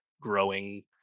growing